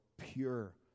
pure